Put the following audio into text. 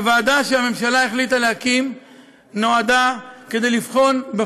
הוועדה שהממשלה החליטה להקים נועדה לבחון אם